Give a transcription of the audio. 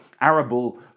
arable